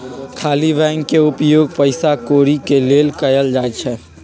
खाली बैंक के उपयोग पइसा कौरि के लेल कएल जाइ छइ